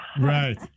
Right